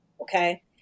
Okay